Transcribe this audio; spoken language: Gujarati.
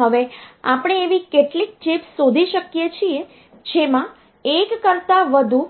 હવે આપણે એવી કેટલીક ચિપ્સ શોધી શકીએ છીએ જેમાં એક કરતાં વધુ